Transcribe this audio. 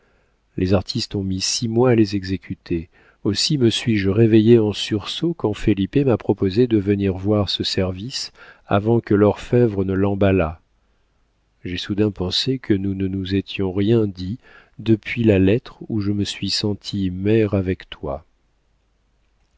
les artistes ont mis six mois à les exécuter aussi me suis-je réveillée en sursaut quand felipe m'a proposé de venir voir ce service avant que l'orfévre ne l'emballât j'ai soudain pensé que nous ne nous étions rien dit depuis la lettre où je me suis sentie mère avec toi